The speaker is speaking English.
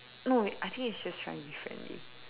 no I think he's just trying to be friendly